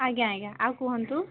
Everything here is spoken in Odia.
ଆଜ୍ଞା ଆଜ୍ଞା ଆଉ କୁହନ୍ତୁ